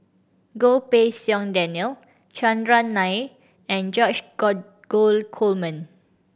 Goh Pei Siong Daniel Chandran Nair and George Dromgold Coleman